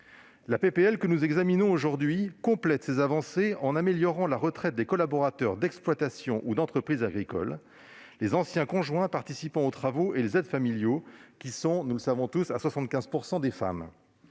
de loi que nous examinons aujourd'hui complète ces avancées, en améliorant la retraite des collaborateurs d'exploitation ou d'entreprise agricole, les anciens conjoints participant aux travaux et les aides familiaux, qui sont à 75 % des femmes.